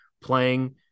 playing